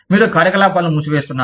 మీరు కార్యకలాపాలను మూసివేస్తున్నారు